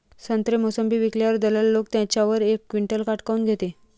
संत्रे, मोसंबी विकल्यावर दलाल लोकं त्याच्यावर एक क्विंटल काट काऊन घेते?